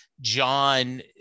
John